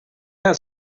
had